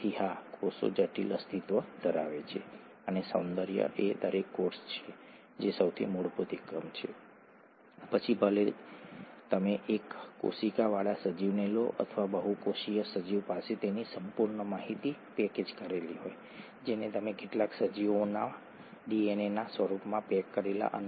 એટલે આને ત્રણ મુખ્ય સ્થાન કહેવામાં આવે છે આને કાર્બન પરમાણુની પાંચ મુખ્ય સ્થિતિ કહેવામાં આવે છે અને આ પાંચ કાર્બન શર્કરાને પ્રથમ સ્થાને તમારી પાસે જેને આધાર કહેવામાં આવે છે એક નાઇટ્રોજન આધાર જે તેની સાથે જોડાયેલો છે